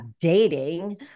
dating